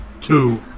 Two